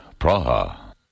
Praha